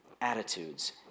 attitudes